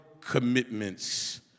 commitments